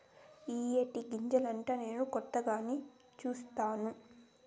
ఇయ్యే టీ గింజలంటా నేను కొత్తగానే సుస్తాను